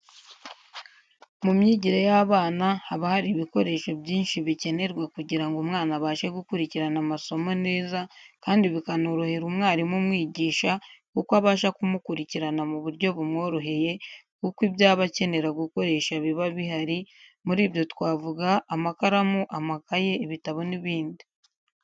Mu myigire y'abana haba hari ibikoresho byinshi bikenerwa kugirango umwana abashe gukurikirana amasomo neza kandi bikanorohera umwarimu umwigisha kuko abasha kumukurikirana mu buryo bumworoheye kuko ibyo aba akenera gukoresha biba bihari, muri ibyo twavuga amakaramu, amakaye, ibitabo n'ibindi.